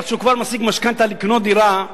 עד שהוא כבר משיג משכנתה לקנות דירה,